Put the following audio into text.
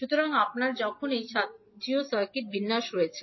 সুতরাং আপনার যখন এই জাতীয় সার্কিট বিন্যাস রয়েছে